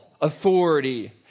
authority